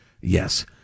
Yes